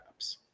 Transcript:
apps